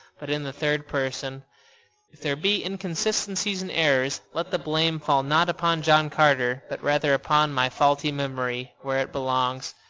but in the third person. if there be inconsistencies and errors, let the blame fall not upon john carter, but rather upon my faulty memory, where it belongs.